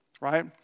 right